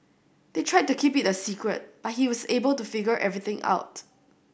they tried to keep it a secret but he was able to figure everything out